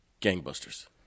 gangbusters